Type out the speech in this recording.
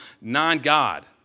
non-God